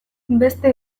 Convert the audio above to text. beste